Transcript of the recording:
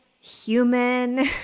human